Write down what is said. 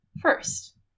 first